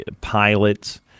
pilots